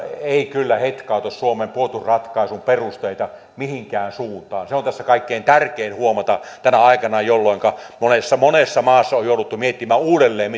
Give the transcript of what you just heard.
ei kyllä hetkauta suomen puolustusratkaisun perusteita mihinkään suuntaan se on tässä kaikkein tärkein huomata tänä aikana jolloinka monessa monessa maassa on on jouduttu miettimään uudelleen